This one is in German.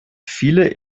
viele